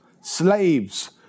Slaves